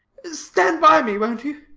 stand by me, won't you?